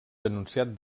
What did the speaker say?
denunciat